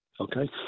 Okay